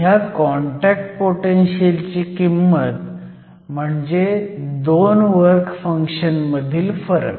ह्या contact potential ची किंमत म्हणजे दोन वर्क फंक्शन मधील फरक